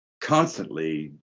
constantly